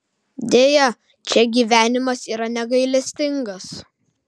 deja čia gyvenimas yra negailestingas